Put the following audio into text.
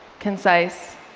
concise,